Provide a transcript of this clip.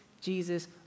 Jesus